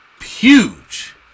huge